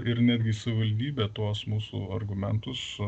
ir netgi savivaldybė tuos mūsų argumentus